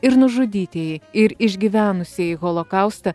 ir nužudytieji ir išgyvenusieji holokaustą